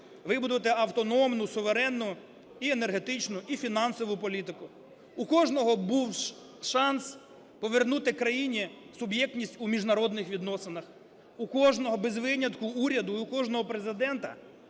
вибудувати автономну, суверенну і енергетичну, і фінансову політику. У кожного був шанс повернути країні суб'єктність у міжнародних відносинах. У кожного без винятку уряду і у кожного Президента